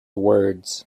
words